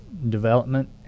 Development